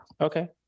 okay